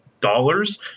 dollars